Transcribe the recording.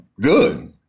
good